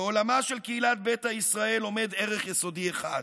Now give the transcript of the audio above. בעולמה של קהילת ביתא ישראל עומד ערך יסודי אחד: